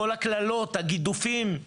וכדי שנוכל להביא את מיטב הבנים לשירות